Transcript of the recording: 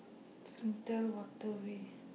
Singtel Waterway